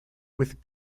with